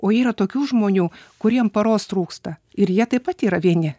o yra tokių žmonių kuriem paros trūksta ir jie taip pat yra vieni